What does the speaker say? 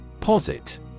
Posit